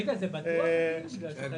רגע, בטוח שזה המינוי?